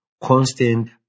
constant